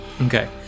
Okay